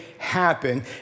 happen